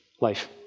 life